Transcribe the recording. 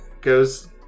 goes